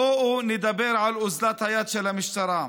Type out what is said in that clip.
בואו נדבר על אוזלת היד של המשטרה.